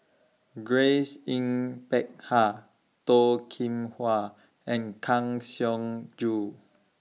Grace Yin Peck Ha Toh Kim Hwa and Kang Siong Joo